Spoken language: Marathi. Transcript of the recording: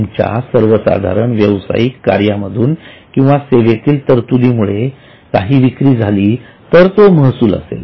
तुमच्या सर्वसाधारण व्यवसायिक कार्यामधून किंवा सेवेतील तरतुदीमुळे काही विक्री झाली तर तो महसूल असेल